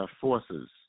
forces